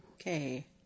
Okay